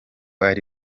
ari